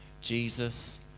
Jesus